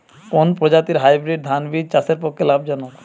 কোন প্রজাতীর হাইব্রিড ধান বীজ চাষের পক্ষে লাভজনক?